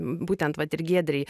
būtent vat ir giedrei